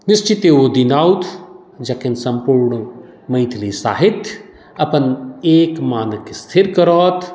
निश्चिते ओ दिन आओत जखन सम्पूर्ण मैथिली साहित्य अपन एक मानक स्थिर करत